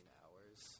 hours